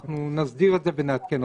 אנחנו נסדיר את זה ונעדכן אותך.